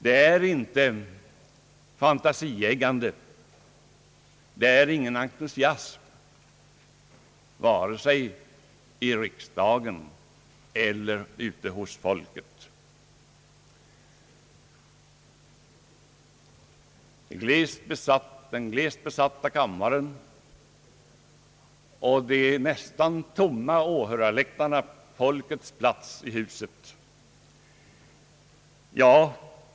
Det finns inte något fantasieggande i denna utveckling, och det råder inte någon entusiasm vare sig i riksdagen eller bland folket. Se bara på den glest besatta kammaren och de nästan tomma åhörarläktarna!